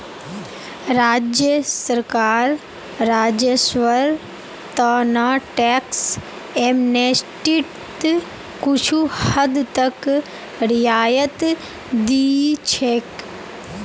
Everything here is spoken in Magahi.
राज्य सरकार राजस्वेर त न टैक्स एमनेस्टीत कुछू हद तक रियायत दी छेक